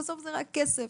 זה רק כסף.